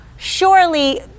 Surely